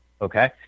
Okay